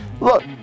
look